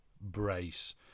brace